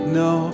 no